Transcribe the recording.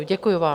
Děkuju vám.